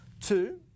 Two